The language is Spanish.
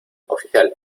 oficial